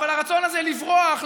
אבל הרצון הזה לברוח,